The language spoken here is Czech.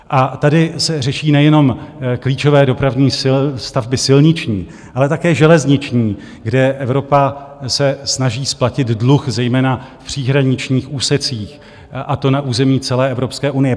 A tady se řeší nejenom klíčové dopravní stavby silniční, ale také železniční, kde Evropa se snaží splatit dluh zejména v příhraničních úsecích, a to na území celé Evropské unie.